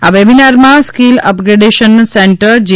આ વેબિનારમાં skill upgradation centre જી